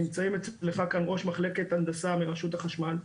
נמצאים אצלך כאן ראש מחלקת הנדסה מרשות החשמל,